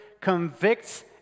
convicts